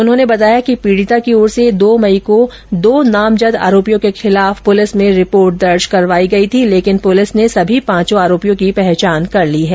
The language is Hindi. उन्होंने बताया कि पीड़िता की ओर से दो मई को दो नामजद आरोपियों के खिलाफ पुलिस में रिपोर्ट दर्ज करवाई थी लेकिन पुलिस ने सभी पांचों आरोपियों की पहचान कर ली है